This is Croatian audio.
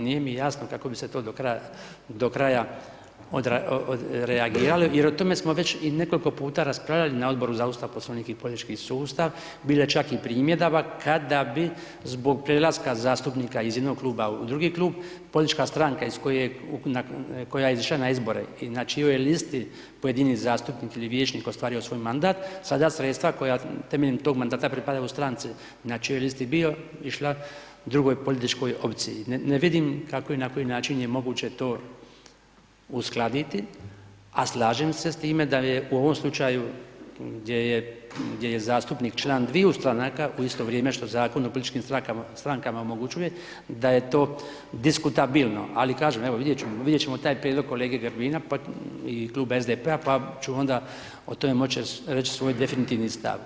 Nije mi jasno kako bi se to do kraja odreagiralo jer o tome smo već i nekoliko puta raspravljali na Odboru za Ustav, Poslovnik i politički sustav, bilo je čak i primjedaba kada bi zbog prelaska zastupnika iz jednog kluba u drugi klub, politička stranka iz koje, koja je izašla na izbore i na čijoj je listi pojedini zastupnik ili vijećnik ostvario svoj mandat sada sredstva koja temeljem tog mandata pripadaju stranci na čijoj je listi bio, išla drugoj političkoj opciji, ne vidim kako i na koji način je moguće to uskladiti, a slažem se s time da je u ovom slučaju gdje je zastupnik član dviju stranaka u isto vrijeme što Zakon o političkim strankama omogućuje, da je to diskutabilno, ali kažem, evo vidjet ćemo, vidjet ćemo taj prijedlog kolege Grbina, pa i Klub SDP-a, pa ću onda o tome moći reći svoj definitivni stav.